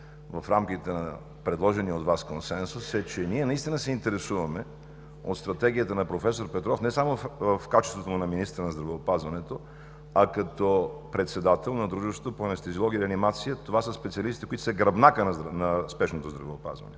в рамките на предложения от Вас консенсус, е, че ние наистина се интересуваме от стратегията на проф. Петров не само в качеството му на министър на здравеопазването, а като председател на Дружеството по анестезиология и реанимация. Това са специалистите, които са гръбнакът на спешното здравеопазване.